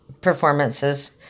performances